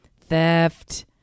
theft